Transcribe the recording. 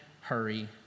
hurry